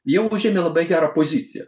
jie užėmė labai gerą poziciją